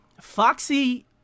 Foxy